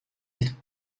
his